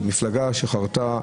מפלגה שחרתה